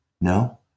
no